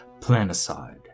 planicide